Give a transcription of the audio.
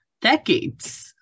decades